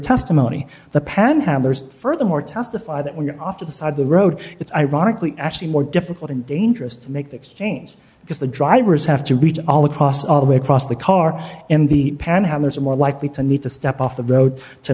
testimony the panhandlers furthermore testify that when you're off to the side of the road it's ironically actually more difficult and dangerous to make the exchange because the drivers have to reach all across all the way across the car in the panhandlers are more likely to need to step off the road to